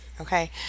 okay